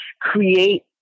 create